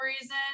reason